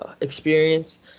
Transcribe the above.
experience